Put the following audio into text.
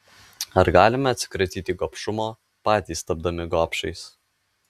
ar galime atsikratyti gobšumo patys tapdami gobšais